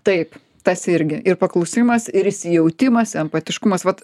taip tarsi irgi ir paklusimas ir įsijautimas empatiškumas vat